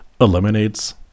eliminates